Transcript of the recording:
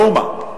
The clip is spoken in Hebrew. מאומה.